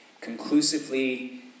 conclusively